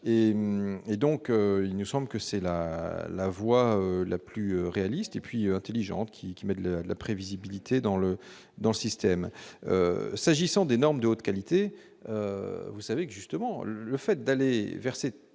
et donc il nous sommes que c'est la la voie la plus réaliste et puis intelligente qui qui mêle la prévisibilité dans le dans le système, s'agissant des normes de haute qualité, vous savez que justement le fait d'aller verser